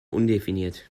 undefiniert